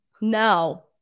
no